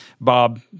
Bob